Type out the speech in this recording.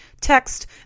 Text